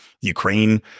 Ukraine